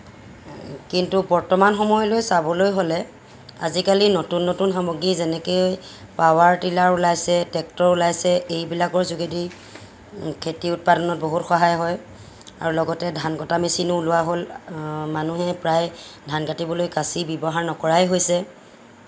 কিন্তু বৰ্তমান সময়লৈ চাবলৈ হ'লে আজিকালি নতুন নতুন সামগ্ৰী যেনেকৈ পাৱাৰ টিলাৰ ওলাইছে ট্ৰেক্টৰ ওলাইছে এইবিলাকৰ যোগেদি খেতি উৎপাদনত বহুত সহায় হয় আৰু লগতে ধান কটা মেচিনো ওলোৱা হ'ল মানুহে প্ৰায় ধান কাটিবলৈ কাচি ব্যৱহাৰ নকৰাই হৈছে